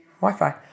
Wi-Fi